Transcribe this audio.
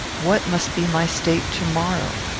what must be my state to-morrow!